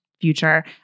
future